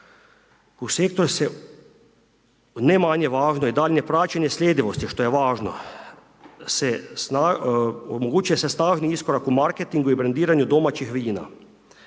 u sektor, ne manje važno i daljnje praćenje sljedivosti što je važno se omogućuje snažni iskorak u marketingu i brendiranju domaćih vina